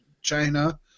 China